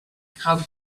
how